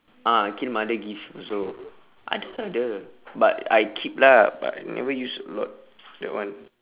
ah aqil mother give also ada ada but I keep lah but I never use a lot that one